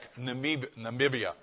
Namibia